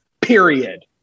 period